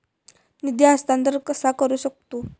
निधी हस्तांतर कसा करू शकतू?